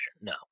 no